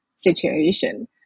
situation